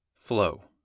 Flow